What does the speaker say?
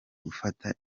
gufata